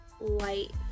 light